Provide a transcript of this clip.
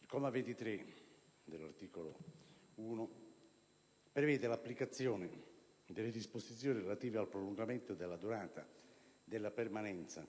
Il comma 23 dell'articolo 1 prevede l'applicazione delle disposizioni relative al prolungamento della durata della permanenza